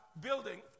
building